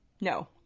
No